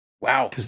Wow